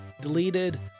deleted